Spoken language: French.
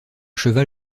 cheval